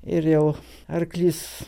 ir jau arklys